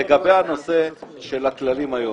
לגבי הנושא של הכללים היום.